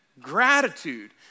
gratitude